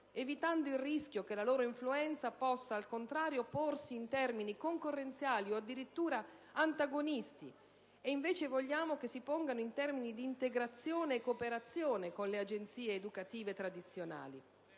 evitando il rischio che la loro influenza possa porsi in termini concorrenziali o, addirittura, antagonisti, affinché, al contrario, si ponga in termini di integrazione e cooperazione con le agenzie educative tradizionali.